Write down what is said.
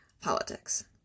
politics